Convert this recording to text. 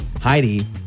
Heidi